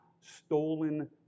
stolen